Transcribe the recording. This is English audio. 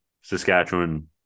Saskatchewan